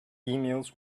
emails